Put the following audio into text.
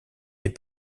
des